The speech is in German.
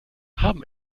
haben